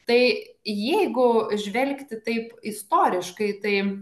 tai jeigu žvelgti taip istoriškai tai